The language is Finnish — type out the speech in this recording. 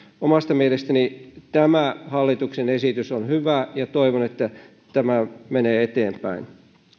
omasta mielestäni tämä hallituksen esitys on hyvä ja toivon että tämä menee eteenpäin